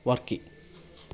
Varkey